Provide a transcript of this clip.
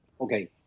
Okay